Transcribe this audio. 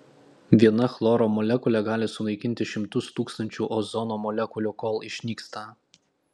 viena chloro molekulė gali sunaikinti šimtus tūkstančių ozono molekulių kol išnyksta